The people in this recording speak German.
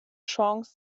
chance